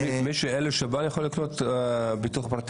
אבל מי שבא יכול לקנות ביטוח פרטי?